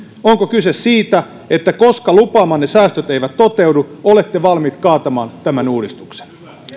onko kyse siitä että koska lupaamanne säästöt eivät toteudu olette valmiit kaatamaan tämän uudistuksen